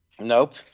Nope